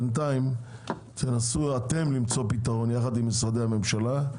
בינתיים תנסו למצוא פתרון יחד עם משרדי הממשלה.